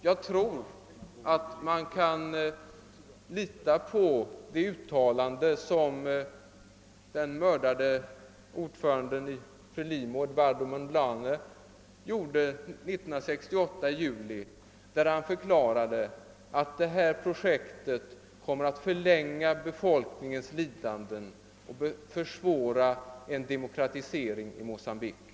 Jag tror man kan lita på det uttalande som den mördade ordföranden i Frelimo, Eduardo Mondlane, gjorde i juli 1968 då han förklarade att detta projekt kommer att förlänga befolkningens lidanden och försvåra en demokratisering i Mocambique.